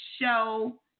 show